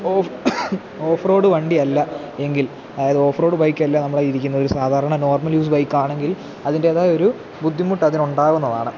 of off road വണ്ടിയല്ല എങ്കിൽ അതായത് ഓഫ് റോഡ് ബൈക്കല്ല നമ്മളുടെ കയ്യിലിരിക്കുന്നത് സാധാരണ നോർമൽ യൂസ് ബൈക്കാണെങ്കിൽ അതിൻറ്റേതായ ഒരു ബുദ്ധിമുട്ട് അതിനുണ്ടാവുന്നതാണ്